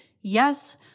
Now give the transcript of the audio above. Yes